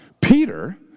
Peter